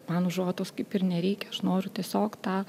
man užuojautos kaip ir nereikia aš noriu tiesiog tą